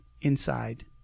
inside